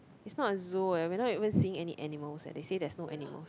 it's not a zoo eh we're not even seeing any animals eh they say there's no animals